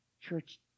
Church